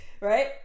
right